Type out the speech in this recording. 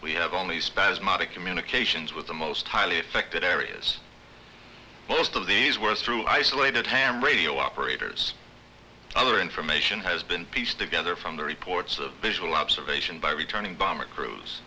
we have only spasmodic communications with the most highly affected areas most of these were through isolated ham radio operators other information has been pieced together from the reports of visual observation by returning bomber cr